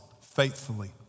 faithfully